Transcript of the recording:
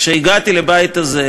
כשהגעתי לבית הזה,